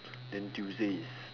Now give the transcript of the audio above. then tuesday is